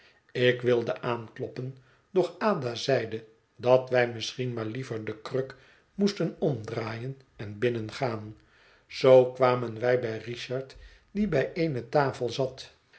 ik wilde aankloppen doch ada zeide datwij misschien maar liever de kruk moesten omdraaien en binnengaan zoo kwamen wij bij richard die bij eene tafel zat